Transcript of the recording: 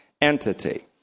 entity